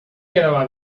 quedaba